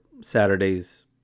Saturday's